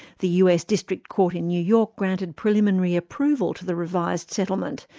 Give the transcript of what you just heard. the us district court in new york granted preliminary approval to the revised settlement,